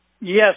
Yes